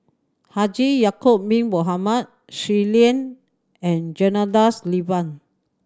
Haji Ya'acob Bin Mohamed Shui Lan and Janadas Devan